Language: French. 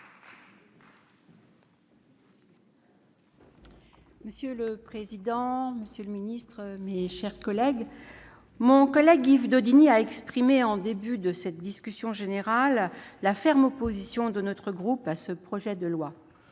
Monsieur le président, monsieur le secrétaire d'État, mes chers collègues, mon collègue Yves Daudigny a exprimé, en début de discussion générale, la ferme opposition de notre groupe à ces projets de loi.